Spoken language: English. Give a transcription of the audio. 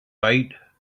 bite